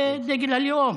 זה דגל הלאום.